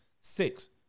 Six